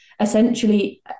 Essentially